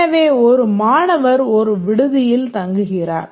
எனவே ஒரு மாணவர் ஒரு விடுதியில் தங்குகிறார்